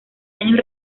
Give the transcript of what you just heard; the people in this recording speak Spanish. años